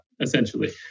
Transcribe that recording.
Essentially